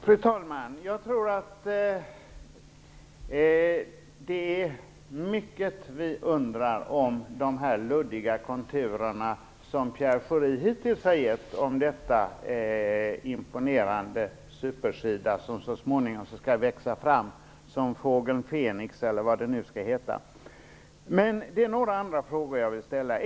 Fru talman! Jag tror att det är mycket vi undrar över när det gäller de luddiga konturer som Pierre Schori hittills har gett om det imponerande Super-SIDA som så småningom skall växa fram som fågel Fenix eller vad det nu skall heta. Det är några andra frågor jag vill ställa.